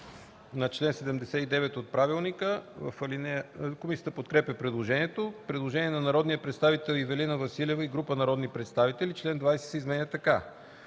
4, т. 2 от ПОДНС. Комисията подкрепя предложението. Предложение на народния представител Ивелина Василева и група народни представители: „Чл. 20 се изменя така: